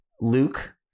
Luke